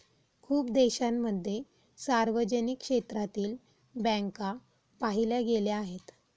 खूप देशांमध्ये सार्वजनिक क्षेत्रातील बँका पाहिल्या गेल्या आहेत